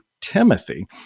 timothy